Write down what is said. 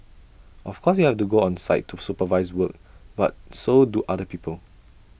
of course you have to go on site to supervise work but so do other people